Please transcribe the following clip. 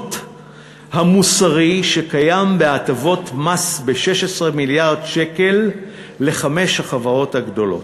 העיוות המוסרי שקיים בהטבות מס ב-16 מיליארד שקל לחמש החברות הגדולות,